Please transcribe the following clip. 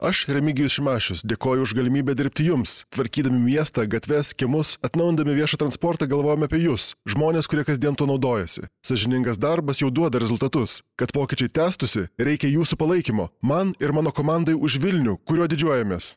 aš remigijus šimašius dėkoju už galimybę dirbti jums tvarkydami miestą gatves kiemus atnaujindami viešą transportą galvojom apie jus žmones kurie kasdien tuo naudojasi sąžiningas darbas jau duoda rezultatus kad pokyčiai tęstųsi reikia jūsų palaikymo man ir mano komandai už vilnių kuriuo didžiuojamės